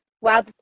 wow